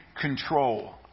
control